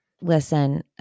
listen